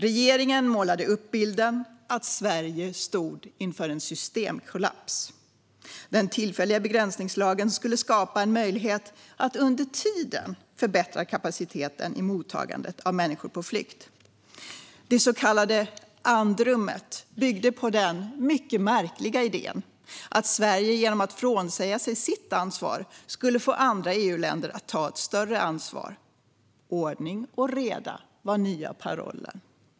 Regeringen målade upp bilden att Sverige stod inför en systemkollaps. Den tillfälliga begränsningslagen skulle skapa en möjlighet att under tiden förbättra kapaciteten i mottagandet av människor på flykt. Det så kallade andrummet byggde på den mycket märkliga idén att Sverige genom att frånsäga sig sitt ansvar skulle få andra EU-länder att ta ett större ansvar. Ordning och reda var den nya parollen.